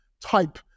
type